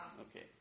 Okay